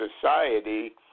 society